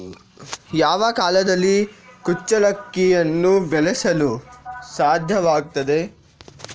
ಯಾವ ಕಾಲದಲ್ಲಿ ಕುಚ್ಚಲಕ್ಕಿಯನ್ನು ಬೆಳೆಸಲು ಸಾಧ್ಯವಾಗ್ತದೆ?